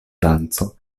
danco